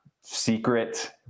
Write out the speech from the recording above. secret